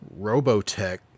Robotech